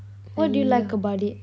எல்லா:ella